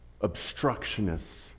obstructionists